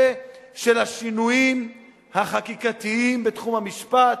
של השינויים החקיקתיים בתחום המשפט,